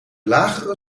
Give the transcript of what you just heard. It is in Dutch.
lagere